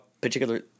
particular